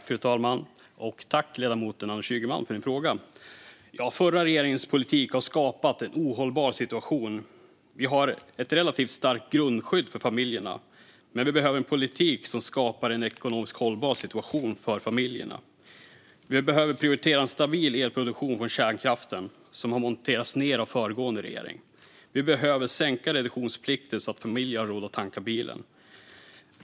Fru talman! Tack för din fråga, ledamot Anders Ygeman! Förra regeringens politik har skapat en ohållbar situation. Vi har ett relativt starkt grundskydd för familjerna, men vi behöver en politik som skapar en ekonomiskt hållbar situation för familjerna. Vi behöver prioritera stabil elproduktion från kärnkraften, som har monterats ned av den föregående regeringen. Och vi behöver sänka reduktionsplikten så att familjer har råd att tanka bilen.